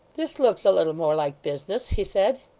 this looks a little more like business he said.